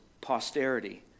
posterity